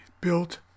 built